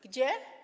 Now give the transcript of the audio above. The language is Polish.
Gdzie?